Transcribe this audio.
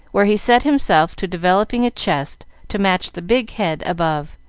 where he set himself to developing a chest to match the big head above,